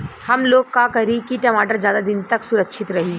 हमलोग का करी की टमाटर ज्यादा दिन तक सुरक्षित रही?